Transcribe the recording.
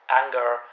anger